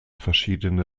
verschiedene